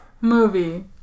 movie